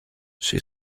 she